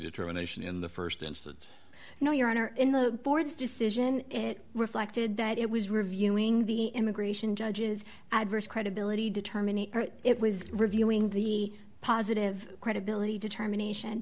determination in the st instance no your honor in the board's decision it reflected that it was reviewing the immigration judges adverse credibility determining it was reviewing the positive credibility determination